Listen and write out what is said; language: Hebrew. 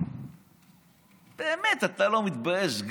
באמת, אתה לא מתבייש?